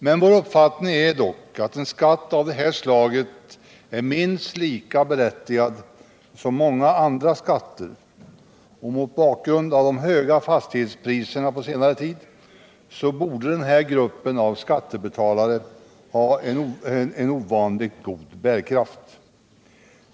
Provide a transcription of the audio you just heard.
Men vår uppfattning är att en skatt av det här slaget är minst lika berättigad som många andra skatter, och mot bakgrund av de höga fastighetspriserna på senare tid torde den här grupper av skattebetalare ha ovanligt god bärkraft.